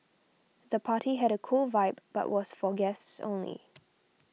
the party had a cool vibe but was for guests only